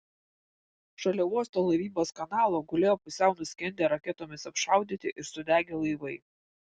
šalia uosto laivybos kanalo gulėjo pusiau nuskendę raketomis apšaudyti ir sudegę laivai